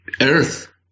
earth